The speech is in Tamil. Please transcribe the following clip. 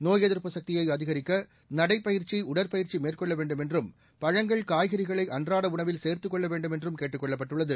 நோய் எதிர்ப்பு சக்தியை அதிகரிக்க நடைப்பயிற்சி உடற்பயிற்சி மேற்கொள்ள வேண்டும் என்றும் பழங்கள் காய்கறிகளை அன்றாட உணவில் சேர்துக் கொள்ள வேண்டும் என்றும் கேட்டுக் கொள்ளப்பட்டுள்ளது